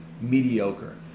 mediocre